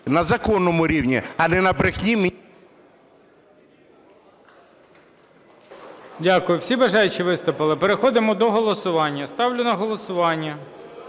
на законному рівні, а не на брехні…